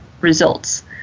results